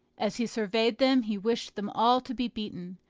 as he surveyed them he wished them all to be beaten,